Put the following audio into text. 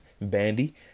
Bandy